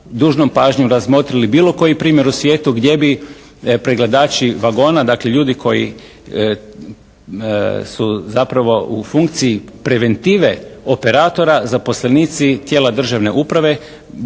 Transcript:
dužnom pažnjom razmotrili bilo koji primjer u svijetu gdje bi pregledači vagona, dakle ljudi koji da su zapravo u funkciji preventive operatora, zaposlenici tijela državne uprave.